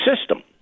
system